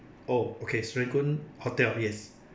oh okay serangoon hotel yes